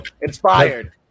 Inspired